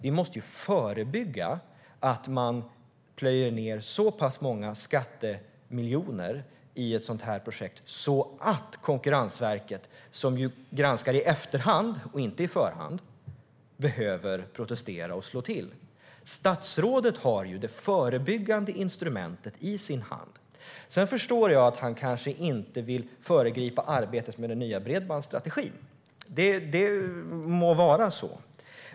Vi måste förebygga att man plöjer ned så pass många skattemiljoner i ett sådant projekt att Konkurrensverket, som granskar i efterhand och inte i förhand, behöver protestera och slå till. Statsrådet har det förebyggande instrumentet i sin hand. Sedan förstår jag att han kanske inte vill föregripa arbetet med den nya bredbandsstrategin. Det må vara så.